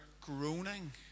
groaning